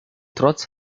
trotz